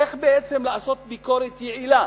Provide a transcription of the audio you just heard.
איך בעצם לעשות ביקורת יעילה,